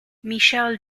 michel